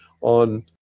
on